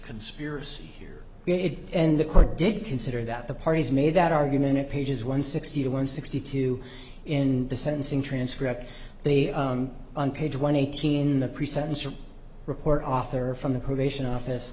conspiracy here and the court did consider that the parties made that argument at pages one sixty one sixty two in the sense in transcript they on page one eighteen the pre sentence or report offer from the probation office